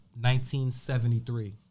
1973